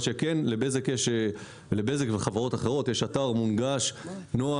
מה שכן, לבזק וחברות אחרות יש אתר מונגש ונוח.